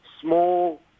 small